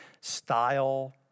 style